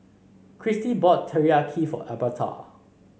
Christy bought Teriyaki for Albertha